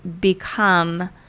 become